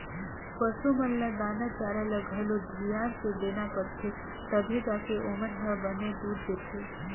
पसू मन ल दाना चारा ल घलो धियान से देना परथे तभे जाके ओमन ह बने दूद देथे